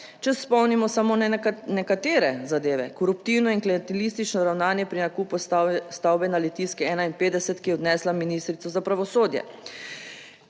če spomnimo samo na nekatere zadeve, koruptivno in klientelistično ravnanje pri nakupu stavbe na Litijski 51, ki je odnesla ministrico za pravosodje.